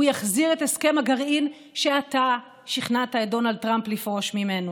הוא יחזיר את הסכם הגרעין שאתה שכנעת את דונלד טראמפ לפרוש ממנו.